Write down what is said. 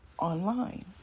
online